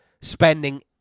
spending